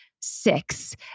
six